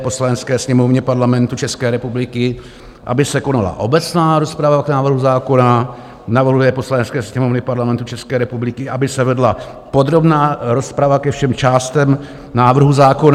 Poslanecké sněmovně Parlamentu České republiky aby se konala obecná rozprava o návrhu zákona; navrhuje Poslanecké sněmovně Parlamentu České republiky, aby se vedla podrobná rozprava ke všem částem návrhu zákona;